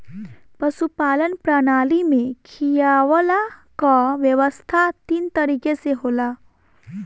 पशुपालन प्रणाली में खियवला कअ व्यवस्था तीन तरीके से होला